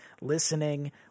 listening